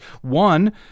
One